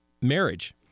marriage